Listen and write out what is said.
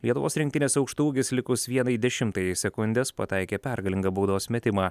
lietuvos rinktinės aukštaūgis likus vienai dešimtajai sekundes pataikė pergalingą baudos metimą